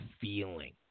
feeling